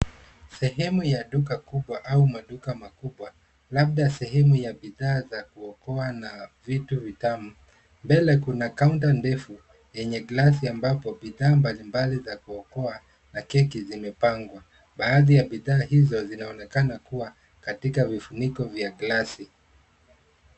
Sehemu ya duka kubwa au maduka makubwa labda sehemu ya bidhaa za kuokoa na vitu vitamu. Mbele kuna kaunta ndefu yenye glasi ambapo bidhaa mbalimbali za kuokoa na keki zimepangwa. Baadhi ya bidhaa hizo zinaonekana kuwa katika vifuniko vya glasi.